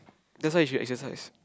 that's why you should exercise